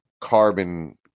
carbon